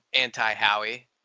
anti-Howie